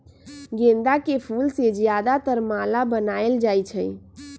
गेंदा के फूल से ज्यादातर माला बनाएल जाई छई